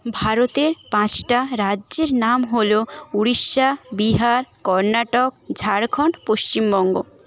ভারতের পাঁচটা রাজ্যের নাম হলো উড়িষ্যা বিহার কর্ণাটক ঝাড়খন্ড পশ্চিমবঙ্গ